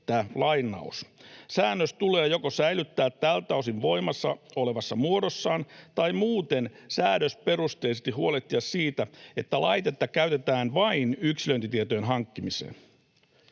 ”Säännös tulee joko säilyttää tältä osin voimassa olevassa muodossaan tai muuten säädösperusteisesti huolehtia siitä, että laitetta käytetään vain yksilöintitietojen hankkimiseen.